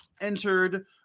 entered